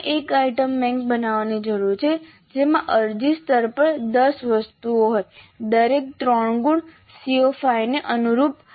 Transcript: આપણે એક item bank બનાવવાની જરૂર છે જેમાં અરજી સ્તર પર 10 વસ્તુઓ હોય દરેક 3 ગુણ CO5 ને અનુરૂપ